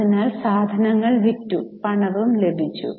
അതിനാൽ സാധനങ്ങൾ വിറ്റു പണവും ലഭിച്ചു